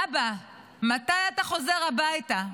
אבא, מתי אתה חוזר הביתה?